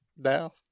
now